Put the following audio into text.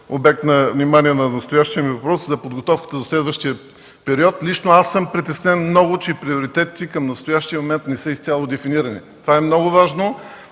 обект на внимание на настоящия ми въпрос – за подготовката за следващия период. Лично аз съм притеснен много, че приоритетите към настоящия момент не са изцяло дефинирани. Това е много важно